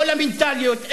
לא למנטליות,